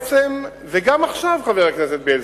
גם עכשיו, חבר הכנסת בילסקי,